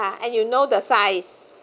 and you know the size